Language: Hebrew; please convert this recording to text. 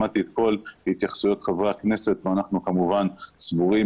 שמעתי את כל התייחסויות חברי הכנסת ואנחנו כמובן סבורים